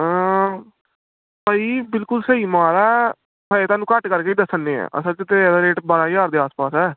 ਭਾਅ ਜੀ ਬਿਲਕੁਲ ਸਹੀ ਮਾਲ ਆ ਹਜੇ ਤੁਹਾਨੂੰ ਘੱਟ ਕਰਕੇ ਦੱਸਣ ਦਿਆਂ ਅਸਲ 'ਚ ਤਾਂ ਇਹਦਾ ਰੇਟ ਬਾਰ੍ਹਾਂ ਹਜ਼ਾਰ ਦੇ ਆਸ ਪਾਸ ਹੈ